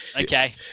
Okay